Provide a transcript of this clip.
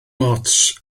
ots